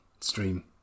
stream